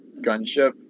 gunship